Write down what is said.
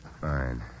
Fine